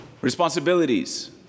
Responsibilities